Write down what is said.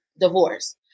divorce